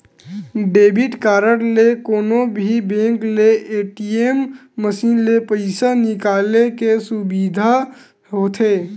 debit card ले कोनो भी बेंक के ए.टी.एम मसीन ले पइसा निकाले के सुबिधा होथे